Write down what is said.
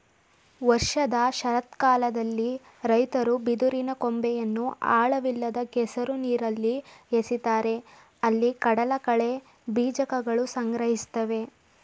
ವರ್ಷದ ಶರತ್ಕಾಲದಲ್ಲಿ ರೈತರು ಬಿದಿರಿನ ಕೊಂಬೆಯನ್ನು ಆಳವಿಲ್ಲದ ಕೆಸರು ನೀರಲ್ಲಿ ಎಸಿತಾರೆ ಅಲ್ಲಿ ಕಡಲಕಳೆ ಬೀಜಕಗಳು ಸಂಗ್ರಹಿಸ್ತವೆ